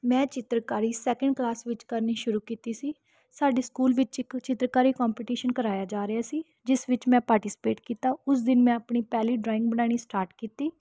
ਮੈਂ ਚਿੱਤਰਕਾਰੀ second class ਵਿੱਚ ਕਰਨੀ ਸ਼ੁਰੂ ਕੀਤੀ ਸੀ ਸਾਡੇ ਸਕੂਲ ਵਿੱਚ ਇੱਕ ਚਿੱਤਰਕਾਰੀ ਕੰਪੀਟੀਸ਼ਨ ਕਰਵਾਇਆ ਜਾ ਰਿਹਾ ਸੀ ਜਿਸ ਵਿੱਚ ਮੈਂ ਪਾਰਟੀਸਪੇਟ ਕੀਤਾ ਉਸ ਦਿਨ ਮੈਂ ਆਪਣੀ ਪਹਿਲੀ ਡਰਾਇੰਗ ਬਣਾਉਣੀ ਸਟਾਰਟ ਕੀਤੀ